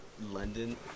London